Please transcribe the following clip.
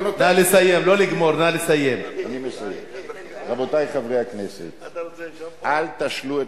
נא לסיים, חבר הכנסת רותם.